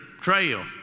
trail